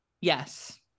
yes